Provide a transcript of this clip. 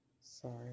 Sorry